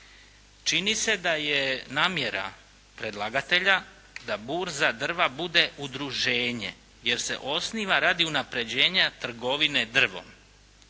Čini se da je namjera predlagatelja da burza drva bude udruženje jer se osniva radi unaprjeđenja trgovine drvom,